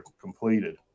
completed